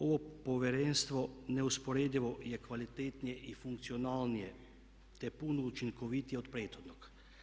Ovo Povjerenstvo neusporedivo je kvalitetnije i funkcionalnije te puno učinkovitije od prethodnog.